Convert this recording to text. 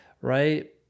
Right